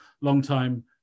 longtime